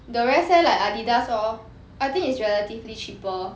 the rest leh like adidas all I think is relatively cheaper